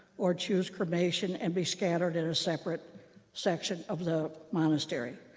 or choose cremation and be scattered in a separate section of the monastery.